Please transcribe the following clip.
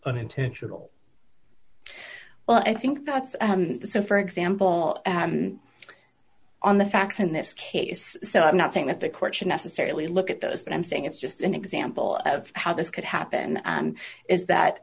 unintentional well i think that's so for example on the facts in this case so i'm not saying that the court should necessarily look at this but i'm saying it's just an example of how this could happen and is that